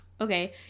Okay